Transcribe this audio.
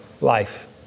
life